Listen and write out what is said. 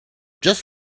just